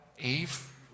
Eve